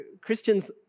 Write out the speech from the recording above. Christians